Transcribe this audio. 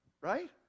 right